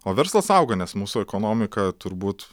o verslas auga nes mūsų ekonomika turbūt